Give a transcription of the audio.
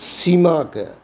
सीमाकेँ